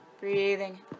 Breathing